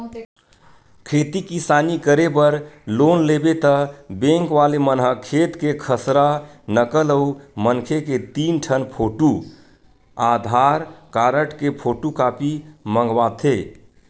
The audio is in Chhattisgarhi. खेती किसानी करे बर लोन लेबे त बेंक वाले मन ह खेत के खसरा, नकल अउ मनखे के तीन ठन फोटू, आधार कारड के फोटूकापी मंगवाथे